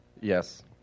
Yes